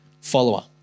follower